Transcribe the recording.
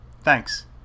Thanks